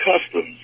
customs